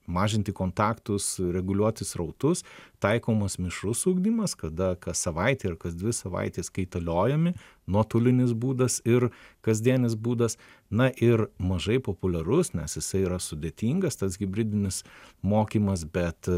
mažinti kontaktus reguliuoti srautus taikomas mišrus ugdymas kada kas savaitę ir kas dvi savaites kaitaliojami nuotolinis būdas ir kasdienis būdas na ir mažai populiarus nes jisai yra sudėtingas tas hibridinis mokymas bet